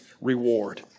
reward